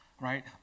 right